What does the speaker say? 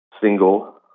single